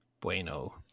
Bueno